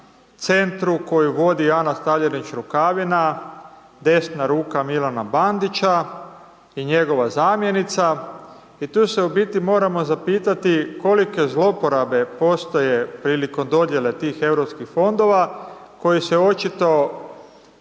centru koji vodi Ana Stavljenić Rukavina, desna ruka Milana Bandića i njegova zamjenica i tu se u biti moramo zapitati kolike zlouporabe postoje prilikom dodjele tih EU fondova koje se očito